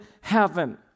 heaven